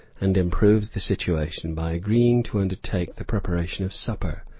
and improves the situation by agreeing to undertake the preparation of supper.